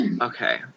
Okay